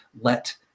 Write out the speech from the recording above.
let